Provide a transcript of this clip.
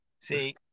See